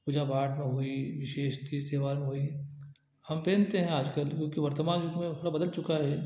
पूजा पाठ में हुई विशेष तीज त्यौहार में हुई हम पहनते हैं आजकल क्योंकि वर्तमान रूप में इतना बदल चुका है